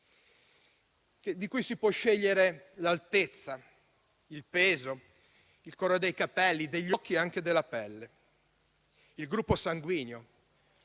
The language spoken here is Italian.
di cui si possono scegliere altezza, peso, colore dei capelli, degli occhi e anche della pelle e gruppo sanguigno.